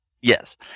Yes